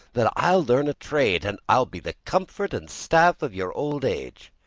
that i'll learn a trade, and i'll be the comfort and staff of your old age.